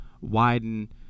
widen